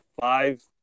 five